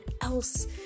else